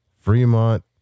Fremont